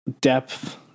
depth